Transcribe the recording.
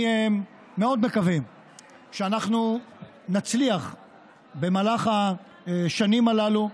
אני מאוד מקווה שאנחנו נצליח במהלך השנים הללו,